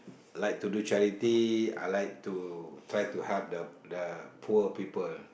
like to do charity I like to try to help the poor people